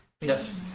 Yes